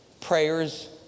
prayers